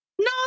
No